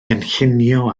gynllunio